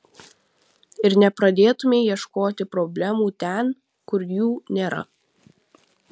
ir nepradėtumei ieškoti problemų ten kur jų nėra